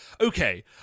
Okay